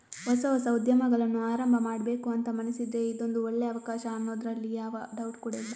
ಹೊಸ ಹೊಸ ಉದ್ಯಮಗಳನ್ನ ಆರಂಭ ಮಾಡ್ಬೇಕು ಅಂತ ಮನಸಿದ್ರೆ ಇದೊಂದು ಒಳ್ಳೇ ಅವಕಾಶ ಅನ್ನೋದ್ರಲ್ಲಿ ಯಾವ ಡೌಟ್ ಕೂಡಾ ಇಲ್ಲ